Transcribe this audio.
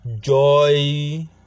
joy